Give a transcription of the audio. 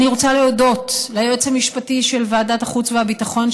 אני רוצה להודות ליועץ המשפטי של ועדת החוץ והביטחון,